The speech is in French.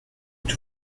tout